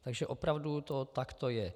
Takže opravdu to takto je.